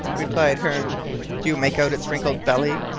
replied hearne. do you make out its wrinkled belly,